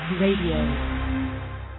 Radio